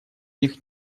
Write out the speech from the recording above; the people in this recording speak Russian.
них